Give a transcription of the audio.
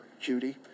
Judy